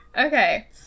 Okay